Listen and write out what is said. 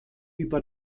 über